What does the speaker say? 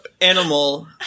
animal